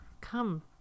Come